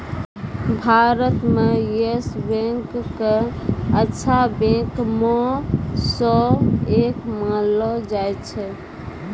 भारत म yes bank क अच्छा बैंक म स एक मानलो जाय छै